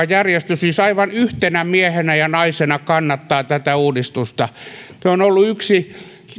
järjestö siis aivan yhtenä miehenä ja naisena kannattaa tätä uudistusta se on ollut heille yksi